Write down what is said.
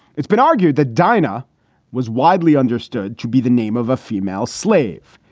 it's been argued that dinah was widely understood to be the name of a female slave,